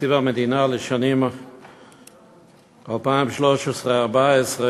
תקציב המדינה לשנים 2013 2014,